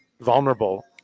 vulnerable